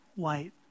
white